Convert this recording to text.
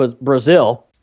Brazil